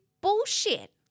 bullshit